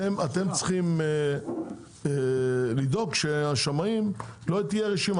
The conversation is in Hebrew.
אתם צריכים לדאוג שלשמאים לא תהיה רשימה,